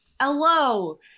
Hello